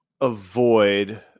avoid